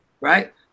right